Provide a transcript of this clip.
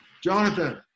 Jonathan